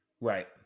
Right